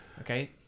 Okay